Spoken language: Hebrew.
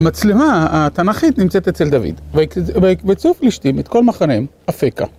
המצלמה התנ"כית נמצאת אצל דוד, ויקבצו פלישתים את כל מחנה אפקה.